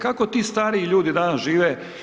Kako ti stariji ljudi danas žive?